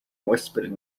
whispered